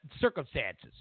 circumstances